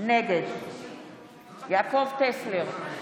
נגד יעקב טסלר,